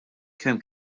kemm